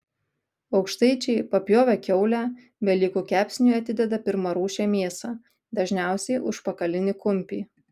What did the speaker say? aukštaičiai papjovę kiaulę velykų kepsniui atideda pirmarūšę mėsą dažniausiai užpakalinį kumpį